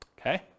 okay